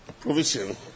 provision